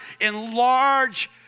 enlarge